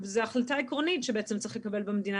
וזו החלטה עקרונית שבעצם צריך לקבל במדינה,